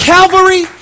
Calvary